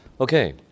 Okay